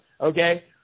okay